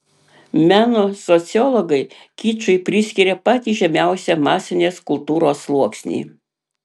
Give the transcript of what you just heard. meno sociologai kičui priskiria patį žemiausią masinės kultūros sluoksnį